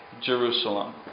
Jerusalem